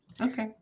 Okay